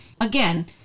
again